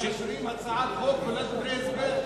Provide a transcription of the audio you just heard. מאשרים הצעת חוק ולא דברי הסבר.